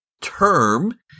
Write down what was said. term